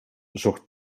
zocht